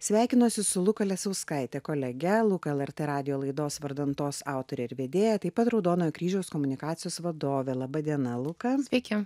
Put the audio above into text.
sveikinosi su luką lesauskaite kolege luką lrt radijo laidos vardan tos autorę ir vedėja taip pat raudonojo kryžiaus komunikacijos vadovė laba diena luka sveiki